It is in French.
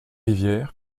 rivière